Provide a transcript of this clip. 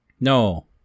No